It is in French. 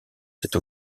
cette